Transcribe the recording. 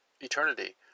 eternity